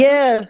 Yes